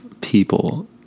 people